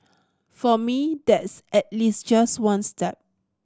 for me that's at least just one step